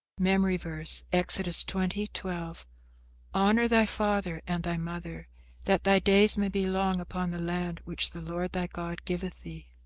memory verse, exodus twenty twelve honour thy father and thy mother that thy days may be long upon the land which the lord thy god giveth thee.